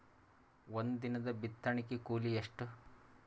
ಒಂದಿನದ ಬಿತ್ತಣಕಿ ಕೂಲಿ ಎಷ್ಟ?